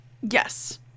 Yes